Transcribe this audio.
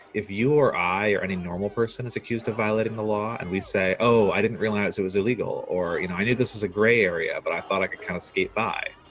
if you or i or any normal person is accused of violating the law and we say, oh i didn't realize it was illegal, or, you know i knew this was a gray area but i thought i could kind of skate by.